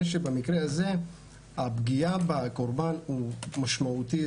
במקרה הזה הפגיעה בקורבן היא משמעותית,